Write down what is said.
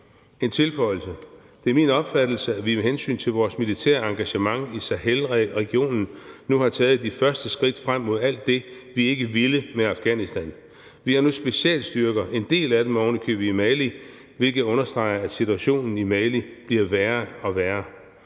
en tilføjelse: Det er min opfattelse, at vi med hensyn til vores militære engagement i Sahelregionen nu har taget de første skridt frem mod alt det, vi ikke ville med Afghanistan. Vi har nu specialstyrker, en del af dem ovenikøbet i Mali, hvilket understreger, at situationen i Mali bliver værre og værre.